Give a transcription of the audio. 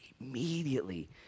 immediately